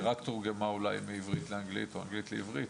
היא רק תורגמה אולי מעברית לאנגלית או מאנגלית לעברית,